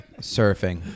surfing